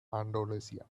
andalusia